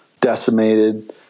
decimated